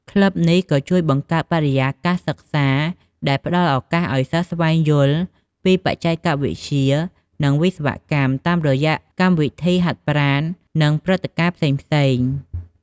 ក្លឹបនេះក៏ជួយបង្កើតបរិយាកាសសិក្សាដែលផ្តល់ឱកាសឲ្យសិស្សស្វែងយល់ពីបច្ចេកវិទ្យា និងវិស្វកម្មតាមរយៈកម្មវិធីហាត់ប្រាណ និងព្រឹត្តិការណ៍ផ្សេងៗ។